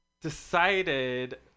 decided